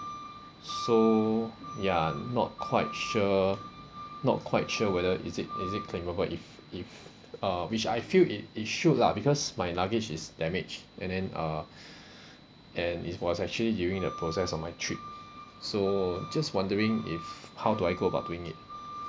so ya not quite sure not quite sure whether is it is it claimable if if uh which I feel it it should lah because my luggage is damaged and then uh and it was actually during the process of my trip so just wondering if how do I go about doing it